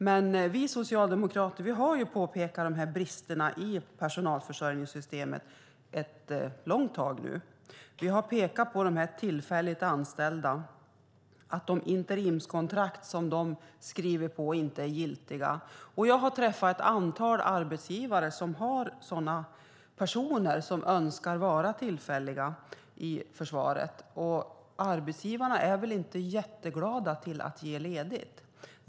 Men vi socialdemokrater har länge påpekat de här bristerna i personalförsörjningssystemet. Vi har pekat på de tillfälligt anställda, att de interimskontrakt som de skriver på inte är giltiga. Och jag har träffat ett antal arbetsgivare som har personer anställda som önskar vara tillfälligt anställda i försvaret, och arbetsgivarna är väl inte jätteglada åt att ge ledigt.